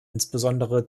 insbesondere